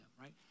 right